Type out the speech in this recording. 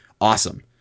awesome